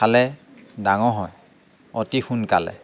খালে ডাঙৰ হয় অতি সোনকালে